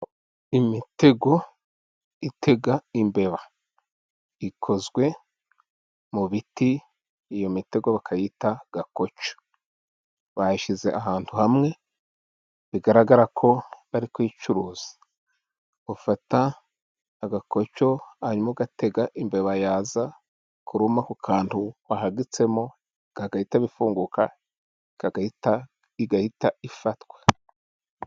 Imitego itega imbeba, ikozwe mu biti ,iyo mitego bakayita gakoco, bayishyize ahantu hamwe bigaragara ko bari kuyicuruza, ufata agakoco ,hanyuma ugatega, ,imbeba yaza kuruma ku kantu wahagitsemo ,kagahita bifunguka igahita ifatwa.